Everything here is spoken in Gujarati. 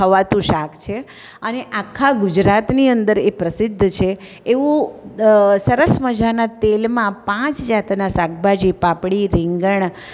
ખવાતું શાક છે અને આખા ગુજરાતની અંદર એ પ્રસિદ્ધ છે એવું સરસ મજાનાં તેલમાં પાંચ જાતનાં શાકભાજી પાપડી રીંગણ